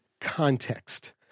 context